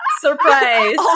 Surprise